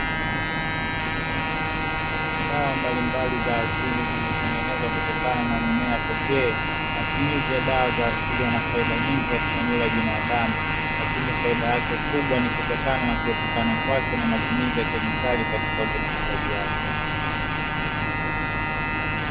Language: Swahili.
Dawa mbalimbali za asili zilizotengenezwa kutokana na mimea pekee. Matumizi ya dawa za asili yana faida nyingi katika mwili wa binadamu, lakini faida yake kubwa ni kitokana na kuepukana kwake na matumizi ya kemikali katika utengenezaji wake.